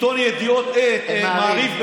עיתון ידיעות, אה, מעריב.